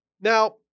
Now